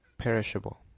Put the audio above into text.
Perishable